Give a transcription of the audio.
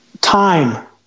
time